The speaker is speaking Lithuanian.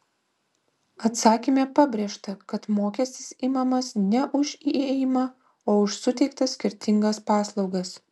atsakyme pabrėžta kad mokestis imamas ne už įėjimą o už suteiktas skirtingas paslaugas